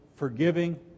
forgiving